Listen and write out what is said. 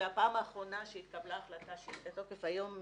והפעם האחרונה שהתקבלה החלטה שהיא בתוקף היום,